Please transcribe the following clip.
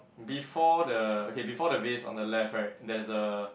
before the okay before the vase on the left right there's a